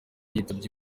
yitabye